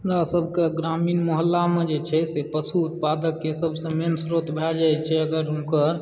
हमरा सभकऽ ग्रामीण मुहल्लामे जे छै से पशु उत्पादकके सभसँ मेन स्रोत भए जाइत छै अगर हुनकर